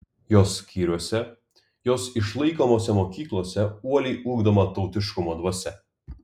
jos skyriuose jos išlaikomose mokyklose uoliai ugdoma tautiškumo dvasia